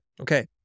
Okay